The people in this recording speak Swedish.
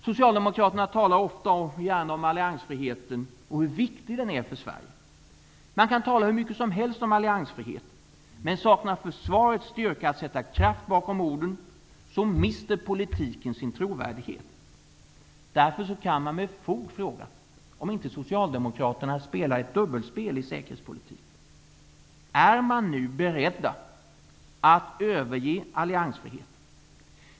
Socialdemokraterna talar ofta och gärna om alliansfriheten och om hur viktig den är för Sverige. Man kan tala hur mycket som helst om alliansfrihet, men om försvaret saknar styrka att sätta kraft bakom orden mister politiken sin trovärdighet. Därför kan man med fog fråga om inte Socialdemokraterna spelar ett dubbelspel i säkerhetspolitiken. Är man nu beredd att överge alliansfriheten?